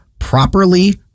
properly